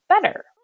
better